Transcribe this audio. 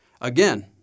Again